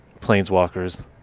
planeswalkers